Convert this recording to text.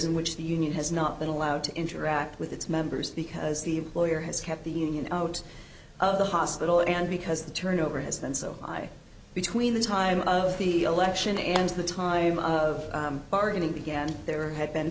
in which the union has not been allowed to interact with its members because the employer has kept the union out of the hospital and because the turnover has been so i between the time of the election and the time of bargaining began there have been